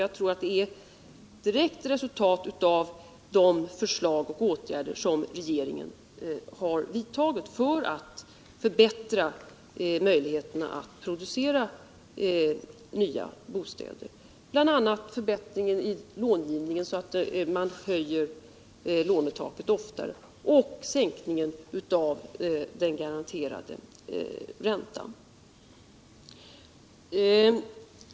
Jag tror ati det är et direkt resultat av de åtgärder som regeringen har vidtagit för att förbättra möjligheterna att producera nya bostäder — bl.a. förbättringen i långivningen, som innebär att man höjer lånetaket oftare, och sänkningen av den garanterade räntan.